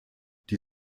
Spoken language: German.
die